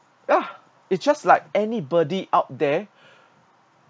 yeah it's just like anybody out there